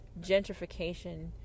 gentrification